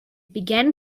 began